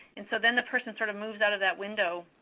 and so then, the person sort of moves out of that window.